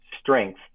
strength